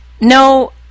no